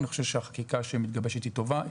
אני חושב שהחקיקה שמתגבשת היא טובה.